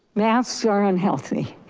masks are unhealthy.